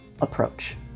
approach